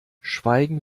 schweigen